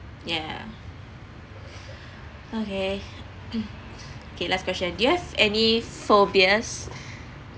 yeah okay okay last question do you have any phobias